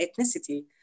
ethnicity